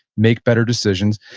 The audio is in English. make better decisions,